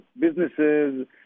businesses